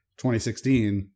2016